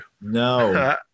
no